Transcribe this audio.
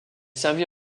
servit